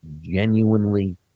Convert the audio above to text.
genuinely